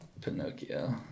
Pinocchio